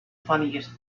funniest